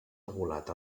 regulat